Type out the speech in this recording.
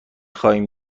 خوایم